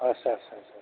आदसा आदसा